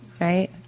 right